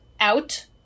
out